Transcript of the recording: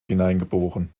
hineingeboren